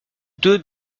deux